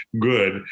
good